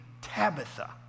Tabitha